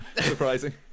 surprising